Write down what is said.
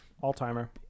All-timer